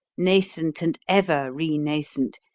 nascent and ever renascent,